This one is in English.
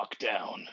lockdown